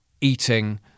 eating